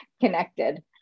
connected